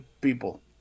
people